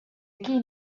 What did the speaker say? aquí